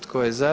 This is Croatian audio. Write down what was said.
Tko je za?